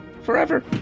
Forever